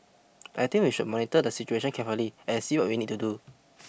I think we should monitor the situation carefully and see what we need to do